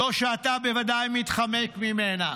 זו שאתה בוודאי מתחמק ממנה.